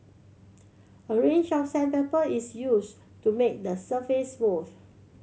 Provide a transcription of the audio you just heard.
a range of sandpaper is used to make the surface smooth